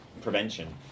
prevention